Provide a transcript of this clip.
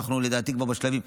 לדעתי אנחנו כבר בשלבים,